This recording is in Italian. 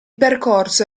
percorso